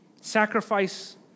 Sacrifice